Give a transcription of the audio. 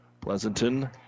Pleasanton